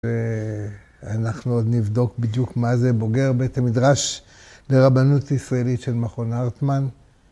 ואנחנו עוד נבדוק בדיוק מה זה בוגר בית המדרש לרבנות הישראלית של מכון הרטמן.